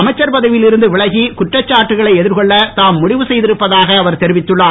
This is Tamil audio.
அமைச்சர் பதவியில் இருந்து விலகி குற்றச்சாட்டுகளை எதிர்கொள்ள தாம் முடிவு செய்திருப்பதாக அவர் தெரிவித்துள்ளார்